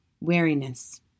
wariness